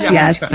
yes